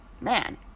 man